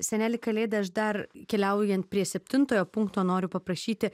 seneli kalėda aš dar keliaujant prie septintojo punkto noriu paprašyti